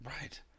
Right